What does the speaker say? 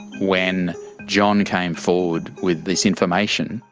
when john came forward with this information,